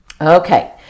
Okay